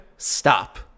Stop